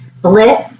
bliss